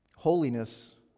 Holiness